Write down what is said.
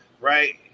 right